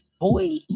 boy